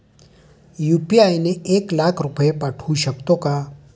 UPI ने एक लाख रुपये पाठवू शकतो का?